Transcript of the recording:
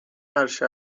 عرشه